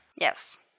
Yes